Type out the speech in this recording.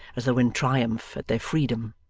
as though in triumph at their freedom.